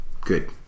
Good